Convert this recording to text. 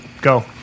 Go